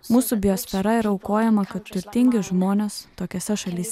mūsų biosfera yra aukojama kad turtingi žmonės tokiose šalyse